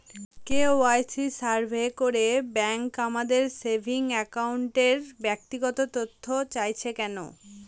KYC survey করে bank আমাদের saving অ্যাকাউন্টের ব্যক্তিগত তথ্য চাইছে কেন?